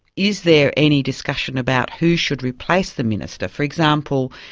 is there any discussion about who should replace the minister? for example,